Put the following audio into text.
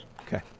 Okay